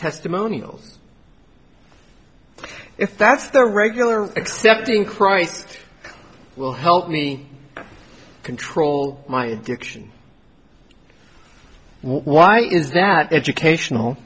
testimonials if that's the regular accepting christ will help me control my addiction why is that educational